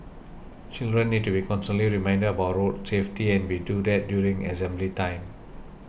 children need to be constantly reminded about road safety and we do that during assembly time